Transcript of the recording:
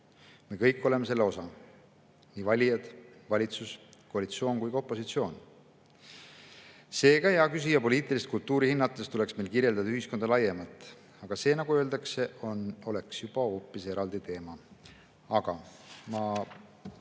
Me kõik oleme selle osa – nii valijad, valitsus, koalitsioon kui ka opositsioon. Seega, hea küsija, poliitilist kultuuri hinnates tuleks meil kirjeldada ühiskonda laiemalt, aga see, nagu öeldakse, oleks juba hoopis eraldi teema. Ma